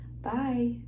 Bye